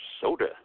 Soda